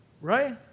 Right